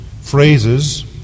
phrases